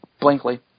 blankly